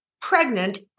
pregnant